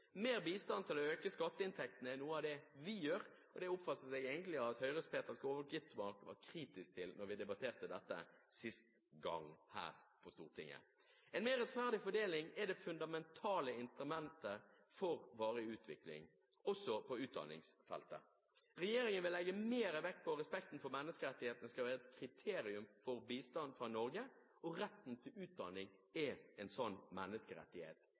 Mer bistand til å øke skatteinntektene er noe av det vi gjør, og det oppfattet jeg egentlig at Høyres Peter Skovholt Gitmark var kritisk til da vi sist debatterte dette her på Stortinget. En mer rettferdig fordeling er det fundamentale instrumentet for varig utvikling, også på utdanningsfeltet. Regjeringen vil legge mer vekt på respekten for at menneskerettighetene skal være et kriterium for bistand fra Norge, og retten til utdanning er en sånn menneskerettighet.